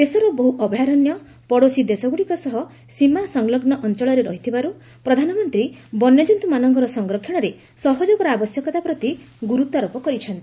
ଦେଶର ବହୁ ଅଭୟାରଣ୍ୟ ପଡୋଶୀ ଦେଶଗୁଡ଼ିକ ସହ ସୀମା ସଂଲଘ୍ନ ଅଞ୍ଚଳରେ ରହିଥିବାରୁ ପ୍ରଧାନମନ୍ତ୍ରୀ ବନ୍ୟଜନ୍ତୁମାନଙ୍କର ସଂରକ୍ଷଣରେ ସହଯୋଗର ଆବଶ୍ୟକତା ପ୍ରତି ଗୁର୍ବତ୍ୱାରୋପ କରିଛନ୍ତି